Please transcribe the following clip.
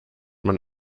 man